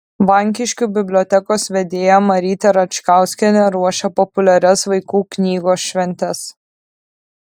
vankiškių bibliotekos vedėja marytė račkauskienė ruošia populiarias vaikų knygos šventes